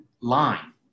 line